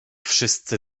wszyscy